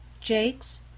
JAKES